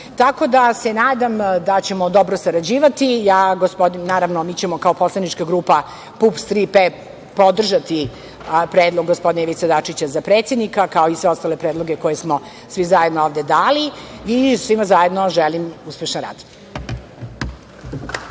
Tako da se nadam da ćemo dobro sarađivati. Naravno, mi ćemo kao poslanička grupa PUPS-3P podržati predlog za gospodina Ivicu Dačića za predsednika, kao i sve predloge koje smo svi zajedno ovde dali i svima zajedno želim uspešan rad.